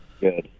Good